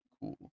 cool